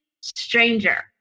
stranger